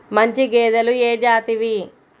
మంచి గేదెలు ఏ జాతివి?